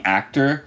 actor